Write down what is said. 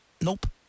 Nope